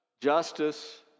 justice